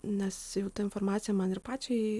nes ta informacija man ir pačiai